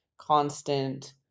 constant